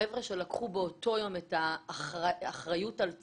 החבר'ה שלקחו באותו יום את האחריות על עצמם,